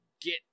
get